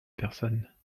personnes